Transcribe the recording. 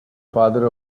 father